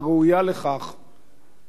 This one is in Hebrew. ותעזוב את עזה ויהודה ושומרון,